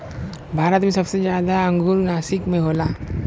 भारत मे सबसे जादा अंगूर नासिक मे होला